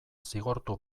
zigortu